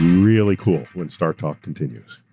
really cool. when startalk continues.